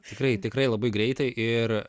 tikrai tikrai labai greitai ir